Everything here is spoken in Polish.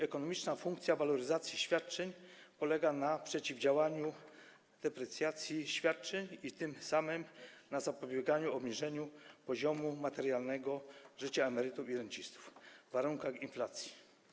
Ekonomiczna funkcja waloryzacji świadczeń polega na przeciwdziałaniu deprecjacji świadczeń, a tym samym na zapobieganiu obniżeniu poziomu materialnego życia emerytów i rencistów w warunkach inflacji.